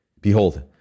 behold